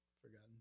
forgotten